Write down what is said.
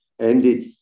ended